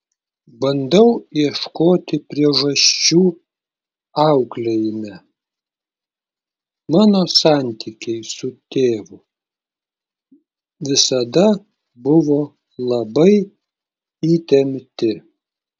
bandau ieškoti priežasčių auklėjime mano santykiai su tėvu visada buvo labai įtempti